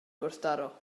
gwrthdaro